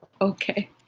okay